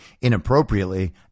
inappropriately